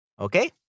okay